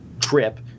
trip